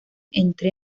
entre